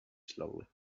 slowly